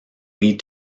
lead